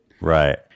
right